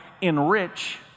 enrich